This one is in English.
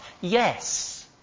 Yes